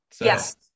Yes